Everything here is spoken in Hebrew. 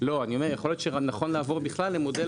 אני אומר שיכול שנכון לעבור בכלל למודל